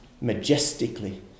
majestically